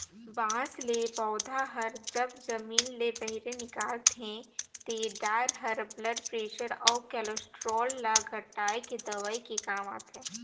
बांस ले पउधा हर जब जमीन ले बहिरे निकलथे ते डार हर ब्लड परेसर अउ केलोस्टाल ल घटाए के दवई के काम आथे